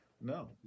no